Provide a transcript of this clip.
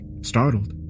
startled